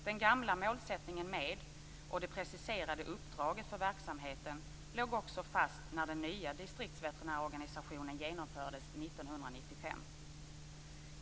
Den gamla målsättningen med och det preciserade uppdraget för verksamheten låg också fast när den nya distriktsveterinärorganisationen genomfördes 1995.